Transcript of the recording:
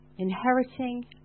Inheriting